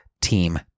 team